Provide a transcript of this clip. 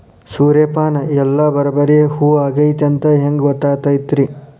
ಸೂರ್ಯಪಾನ ಎಲ್ಲ ಬರಬ್ಬರಿ ಹೂ ಆಗೈತಿ ಅಂತ ಹೆಂಗ್ ಗೊತ್ತಾಗತೈತ್ರಿ?